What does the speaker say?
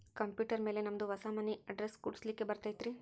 Computer ಮ್ಯಾಲೆ ನಮ್ದು ಹೊಸಾ ಮನಿ ಅಡ್ರೆಸ್ ಕುಡ್ಸ್ಲಿಕ್ಕೆ ಬರತೈತ್ರಿ?